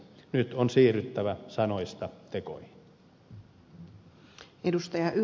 nyt on siirryttävä sanoista tekoihin